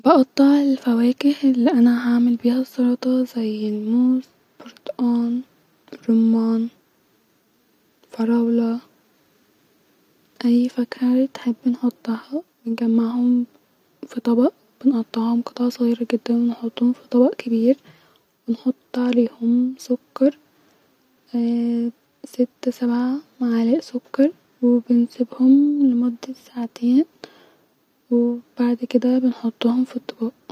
بجمع الكتب كلها وبجمع الكتب الي بتتكلم في نفس المواضيع تتر-ص مع بعض ونرص الكتب من الكتاب الاطول للكتاب الاقصر